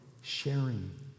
sharing